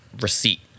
receipt